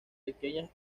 pequeñas